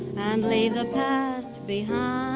and leave the past behind.